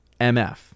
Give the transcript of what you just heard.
MF